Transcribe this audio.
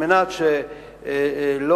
כדי